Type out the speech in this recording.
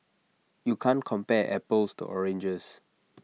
you can't compare apples to oranges